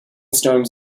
storms